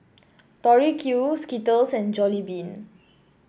Tori Q Skittles and Jollibean